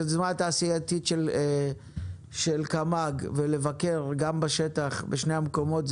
את היוזמה התעשייתית של קמ"ג ולבקר גם בשטח בשני המקומות.